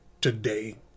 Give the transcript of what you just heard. today